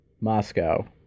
Moscow